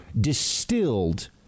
distilled